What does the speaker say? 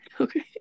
Okay